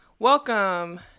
Welcome